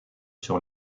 sur